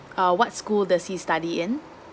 uh what school does he study in